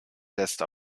lässt